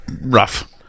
rough